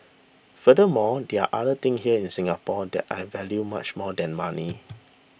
furthermore there are other things here in Singapore that I value much more than money